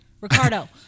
Ricardo